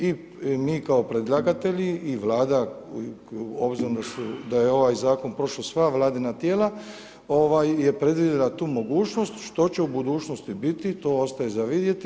I mi kao predlagatelja i Vlada, obzirom da je ovaj zakon prošao sva vladina tijela, je predvidjela tu mogućnost, što će u budućnosti biti, to ostaje za vidjeti.